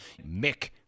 Mick